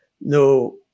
no